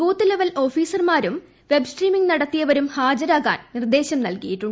booth level ഓഫീസർമാരും web streaming നടത്തിയവരും ഹാജരാകാൻ നിർദേശം നൽകിയിട്ടുണ്ട്